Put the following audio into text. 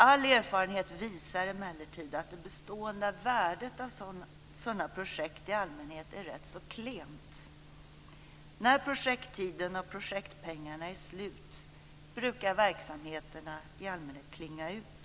All erfarenhet visar emellertid att det bestående värdet av sådana projekt i allmänhet är rätt klent - när projekttiden och projektpengarna är slut brukar verksamheterna i allmänhet klinga ut.